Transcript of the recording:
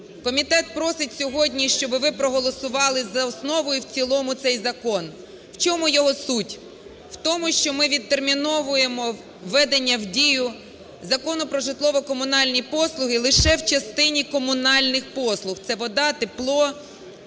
комітет просить сьогодні, щоб ви проголосували за основу і в цілому цей закон. У чому його суть? У тому що ми відтерміновуємо введення в дію Закону про житлово-комунальні послуги лише в частині комунальних послуг. Це – вода, тепло,